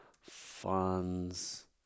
Funds